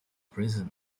prison